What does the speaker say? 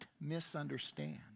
misunderstand